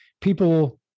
people